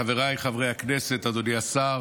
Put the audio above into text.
של חבר הכנסת יצחק פינדרוס.